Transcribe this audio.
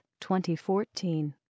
2014